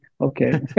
okay